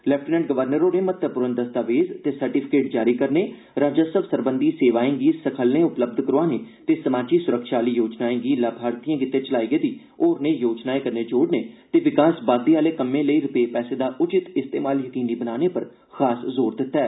lieutenant governor होरें महत्वपूर्ण दस्तावेज ते सर्टिफिकेट जारी करने राजस्व सरबंधी सेवाएं गी सखल्ले उपलब्ध करोआने ते समाजी सुरक्षा आहली योजनाएं गी लाभार्थिएं गितै चलाई गेदी होरनें योजनाएं कन्नै जोड़ने ते विकास बाद्दे आहले कम्में लेई रपे पैसे दा उचित इस्तेमाल यकीनी बनाने पर खास जोर दित्ता ऐ